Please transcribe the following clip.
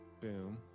Boom